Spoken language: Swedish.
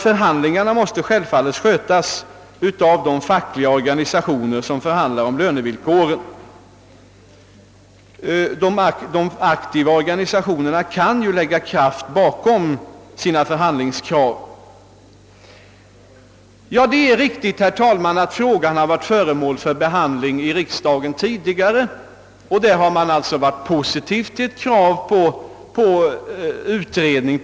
Förhandlingarna måste självfallet skötas av de fackliga organisationer som förhandlar om lönevillkoren och som kan lägga kraft bakom sina förhandlingskrav. Det är riktigt, herr talman, att denna fråga varit föremål för behandlling tidigare i riksdagen, och man har då ställt sig positiv till ett krav på utredning.